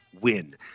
win